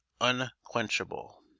unquenchable